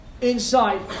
inside